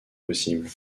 possible